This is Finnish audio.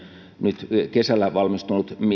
nyt kesällä valmistunut